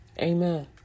Amen